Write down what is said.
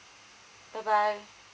bye bye